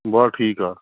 ਬਸ ਠੀਕ ਆ